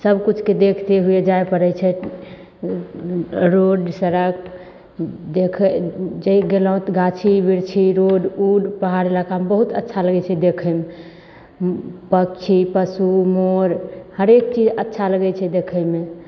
सब किछुके देखते हुए जाय पड़य छै रोड सड़क देखय जे गेलहुँ गाछी वृक्षि रोड उड पहाड़ इलाकामे बहुत अच्छा लगय छै देखयमे पक्षी पशु मोर हरेक चीज अच्छा लगय छै देखयमे